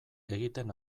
egiten